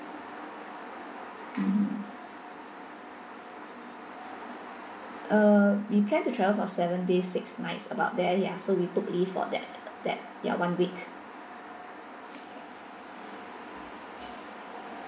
mmhmm uh we plan to travel for seven days six nights about there ya so we took leave for that that ya one week